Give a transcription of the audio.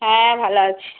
হ্যাঁ ভালো আছি